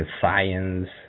science